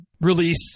release